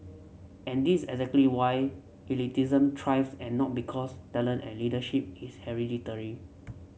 and this exactly why elitism thrives and not because talent and leadership is hereditary